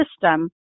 system